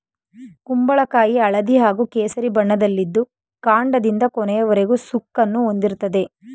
ಕುಂಬಳಕಾಯಿ ಹಳದಿ ಹಾಗೂ ಕೇಸರಿ ಬಣ್ಣದಲ್ಲಿದ್ದು ಕಾಂಡದಿಂದ ಕೊನೆಯವರೆಗೂ ಸುಕ್ಕನ್ನು ಹೊಂದಿರ್ತದೆ